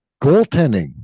Goaltending